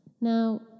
Now